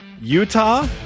Utah